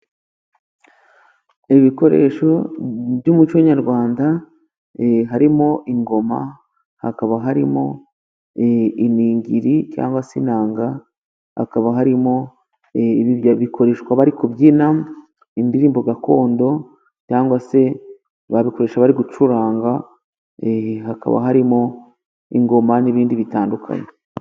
Ibikoresho by'umuco nyarwanda harimo ingoma, hakaba harimo iningiri, cyangwa se inanga, hakaba harimo ibi bikoreshwa bari kubyina indirimbo gakondo cyangwa se babikoresha bari gucuranga, hakaba harimo ingoma n'ibindi bitandukanye.